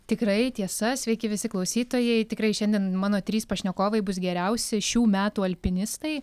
tikrai tiesa sveiki visi klausytojai tikrai šiandien mano trys pašnekovai bus geriausi šių metų alpinistai